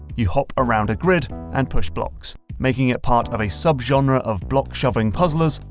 you hop around a grid and push blocks making it part of a sub genre of block-shoving puzzlers,